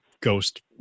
ghost